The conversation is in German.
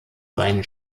seien